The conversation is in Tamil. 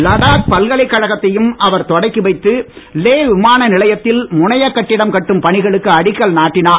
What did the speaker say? லடாக் பல்கலைக் கழகத்தையும் அவர் தொடக்கி வைத்து லே விமான நிலையத்தில் முனையக் கட்டிடம் கட்டும் பணிகளுக்கு அடிக்கல் நாட்டினார்